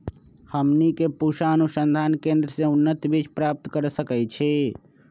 हमनी के पूसा अनुसंधान केंद्र से उन्नत बीज प्राप्त कर सकैछे?